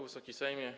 Wysoki Sejmie!